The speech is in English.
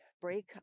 break